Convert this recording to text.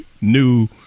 new